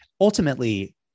ultimately